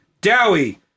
Dowie